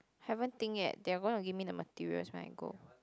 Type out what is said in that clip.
haven't think yet they are gonna give me the materials when I go